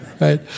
right